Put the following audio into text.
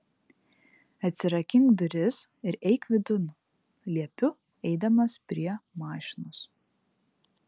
atsirakink duris ir eik vidun liepiu eidamas prie mašinos